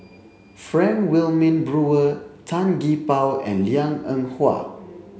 Frank Wilmin Brewer Tan Gee Paw and Liang Eng Hwa